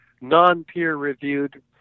non-peer-reviewed